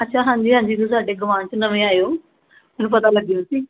ਅੱਛਾ ਹਾਂਜੀ ਹਾਂਜੀ ਤੁਸੀਂ ਸਾਡੇ ਗਵਾਂਢ 'ਚ ਨਵੇਂ ਆਏ ਹੋ ਮੈਨੂੰ ਪਤਾ ਲੱਗਿਆ ਸੀ